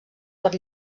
per